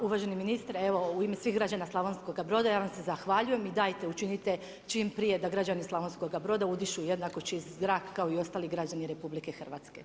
Pa uvaženi ministre, pa evo u ime svih građana Slavonskog Broda, ja vam se zahvaljujem i dajte učinite čim prije da građani Slavonskoga Broda udišu jednako čist zrak kao i ostali građani RH.